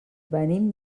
venim